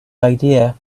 idea